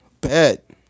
bet